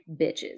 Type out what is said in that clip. Bitches